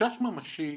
חשש ממשי,